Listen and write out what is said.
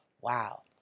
Wow